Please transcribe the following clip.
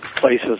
places